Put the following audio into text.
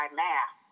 math